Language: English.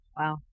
Wow